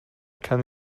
can